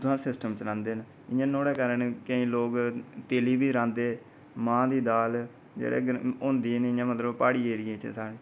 ते सिस्टम चलांदे न ते ओह्दे कारण केईं लोक तिली बी रांह्दे न मांह् दी दाल जेह्ड़ी होंदी ऐ साढे़ प्हाड़ी एरियै च